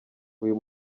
uyu